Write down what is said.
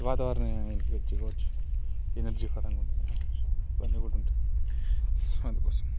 వాతావరణం ఏర్పరుచుకోవొచ్చు ఎనర్జీ పరంగా ఉండొచ్చు సో అందుకోసం